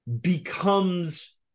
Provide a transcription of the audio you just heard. becomes